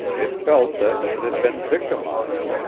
it felt that it had been victimized,